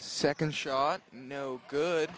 second shot no good